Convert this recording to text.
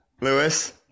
Lewis